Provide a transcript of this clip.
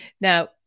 Now